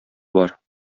бар